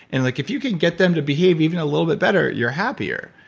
and like if you can get them to behave, even a little bit better, you're happier.